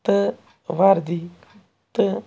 تہٕ وَردی تہٕ